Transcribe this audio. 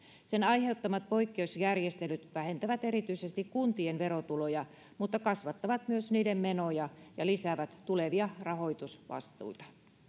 sen aiheuttamat poikkeusjärjestelyt vähentävät erityisesti kuntien verotuloja mutta kasvattavat myös niiden menoja ja lisäävät tulevia rahoitusvastuita